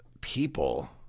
people